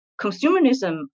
consumerism